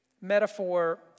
metaphor